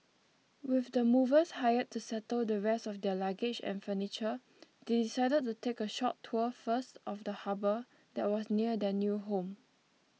with the movers hired to settle the rest of their luggage and furniture they decided to take a short tour first of the harbour that was near their new home